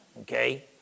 okay